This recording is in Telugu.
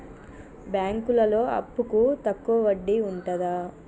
బ్యాంకులలో అప్పుకు తక్కువ వడ్డీ ఉంటదా?